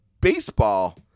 baseball